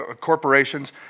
corporations